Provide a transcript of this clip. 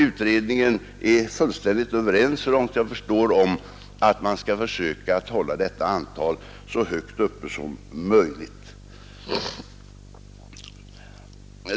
Utredningen är fullständigt överens om att vi skall försöka hålla ett så stort antal som möjligt.